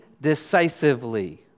decisively